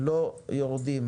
לא יורדים.